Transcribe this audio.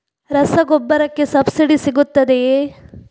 ರಸಗೊಬ್ಬರಕ್ಕೆ ಸಬ್ಸಿಡಿ ಸಿಗುತ್ತದೆಯೇ?